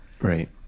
Right